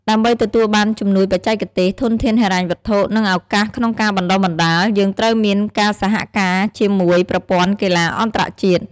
ដើម្បីទទួលបានជំនួយបច្ចេកទេស ធនធានហិរញ្ញវត្ថុ និងឱកាសក្នុងការបណ្តុះបណ្តាល យើងត្រូវមានការសហការជាមួយប្រព័ន្ធកីទ្បាអន្តរជាតិ។